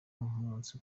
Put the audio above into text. nk’umunsi